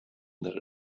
that